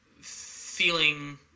feeling